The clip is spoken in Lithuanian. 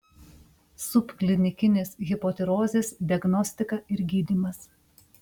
subklinikinės hipotirozės diagnostika ir gydymas